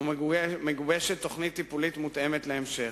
ומגובשת תוכנית טיפולית מותאמת להמשך.